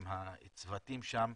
עם הצוותים שם,